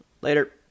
Later